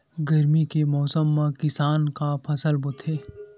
गरमी के मौसम मा किसान का फसल बोथे?